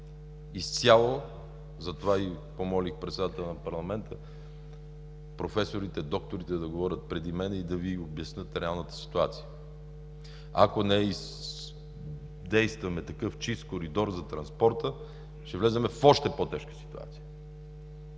изцяло, затова и помолих председателя на парламента, професорите, докторите да говорят преди мен и да Ви обяснят реалната ситуация. Ако не издействаме такъв чист коридор за транспорта, ще влезем в още по-тежка ситуация.